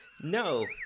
No